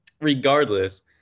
Regardless